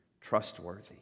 trustworthy